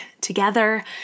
together